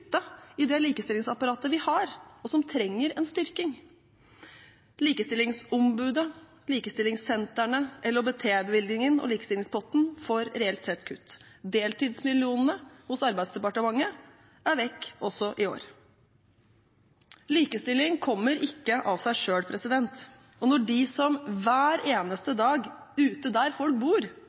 kutte i det likestillingsapparatet vi har, og som trenger en styrking. Likestillingsombudet, likestillingssentrene, LHBT-bevilgningen og likestillingspotten får reelt sett kutt. Deltidsmillionene hos Arbeidsdepartementet er vekk også i år. Likestilling kommer ikke av seg selv. Og når de som hver eneste dag, ute der folk bor,